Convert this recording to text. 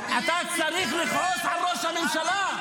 אתה צריך לכעוס על ראש הממשלה.